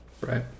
Right